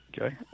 Okay